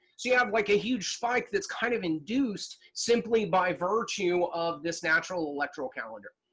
you have like a huge spike that's kind of induced simply by virtue of this natural electoral calendar.